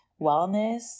wellness